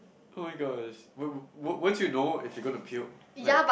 !oh my gosh! wo~ wo~ won't you know if you're gonna puke like